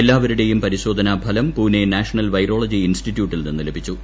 എല്ലാവരുടെയും പരിശോധനാഫലം Pune national virology ഇൻസ്റ്റിറ്റ്യൂട്ടിൽ നിന്ന് ലഭിച്ചു